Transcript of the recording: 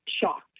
shocked